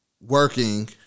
working